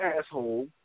asshole